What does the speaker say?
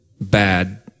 bad